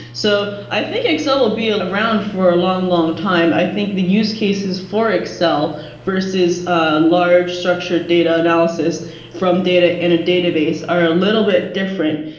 so i think excel will be around for a long long time. i think the use cases for excel versus ah large structured data analysis from data in a database are a little bit different,